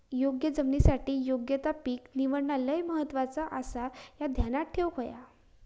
योग्य जमिनीसाठी योग्य ता पीक निवडणा लय महत्वाचा आसाह्या ध्यानात ठेवूक हव्या